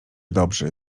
dobrzy